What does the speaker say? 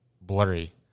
blurry